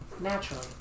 Naturally